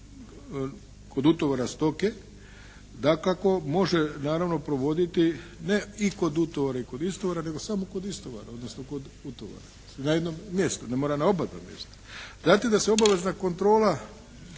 kod utovara stoke dakako može naravno provoditi ne i kod utovara i kod istovara nego samo istovara, odnosno kod utovara. Na jednom mjestu, ne mora na obadva mjesta. Zatim da se obavezna kontrola